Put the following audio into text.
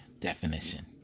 definition